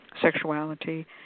sexuality